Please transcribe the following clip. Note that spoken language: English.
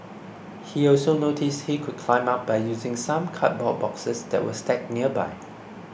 he also noticed he could climb up by using some cardboard boxes that were stacked nearby